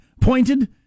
Pointed